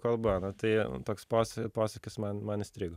kalba na tai toks posi posakis man man įstrigo